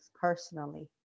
personally